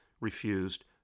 refused